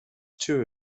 two